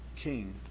king